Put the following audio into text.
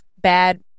bad